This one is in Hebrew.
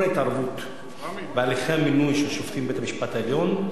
כל ההתערבות בהליכי המינוי של שופטים בבית-המשפט העליון,